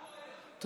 בעד.